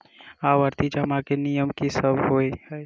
आवर्ती जमा केँ नियम की सब होइ है?